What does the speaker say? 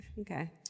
Okay